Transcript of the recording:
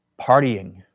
partying